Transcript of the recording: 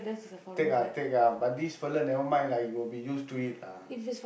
take ah take ah but this fella nevermind lah you will be used to it lah